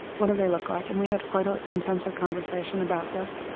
what do they look like? and we had quite an intensive conversation about this.